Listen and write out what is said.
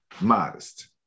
modest